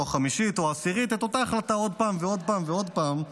החמישית או העשירית את אותה החלטה עוד פעם ועוד פעם אם חיזבאללה